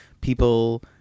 people